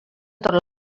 tot